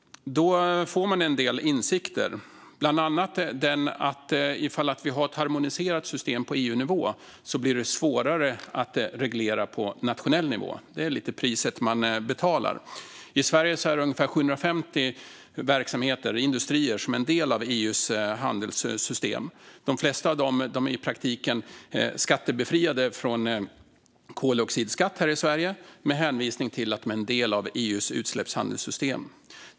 Då får man en del insikter, bland annat den att ifall vi har ett harmoniserat system på EU-nivå blir det svårare att reglera på nationell nivå. Det är liksom priset man betalar. I Sverige är det ungefär 750 verksamheter, industrier, som är en del av EU:s handelssystem. De flesta av dem är i praktiken befriade från koldioxidskatt här i Sverige med hänvisning till att de är en del av EU:s utsläppshandelssystem.